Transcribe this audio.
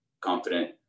confident